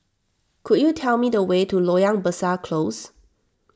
could you tell me the way to Loyang Besar Close